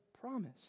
promise